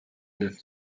neuf